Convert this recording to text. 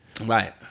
Right